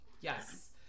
yes